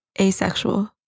Asexual